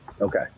Okay